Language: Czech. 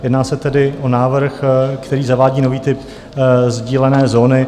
Jedná se tedy o návrh, který zavádí nový typ sdílené zóny.